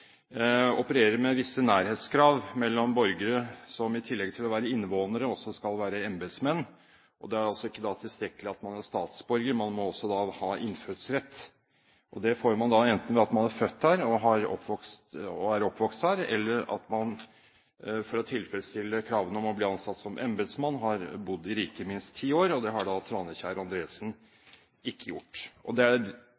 opererer med visse nærhetskrav til borgere som i tillegg til å være innvånere også skal være embetsmenn. Det er da ikke tilstrekkelig at man er statsborger, man må også ha innfødsrett. Og det får man enten ved at man er født her og oppvokst her, eller at man, for å tilfredsstille kravene til å bli ansatt som embetsmann, har bodd i riket i minst ti år. Det har Tranekjer Andresen